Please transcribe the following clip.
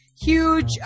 huge